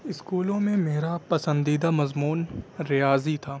اسکولوں میں میرا پسندیدہ مضمون ریاضی تھا